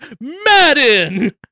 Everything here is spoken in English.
madden